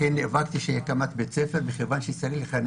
הקמתי בית ספר ביישוב הכי קטן